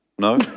No